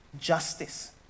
justice